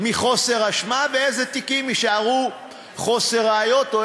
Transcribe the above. מחוסר אשמה ואיזה תיקים יישארו בחוסר ראיות או